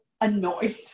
annoyed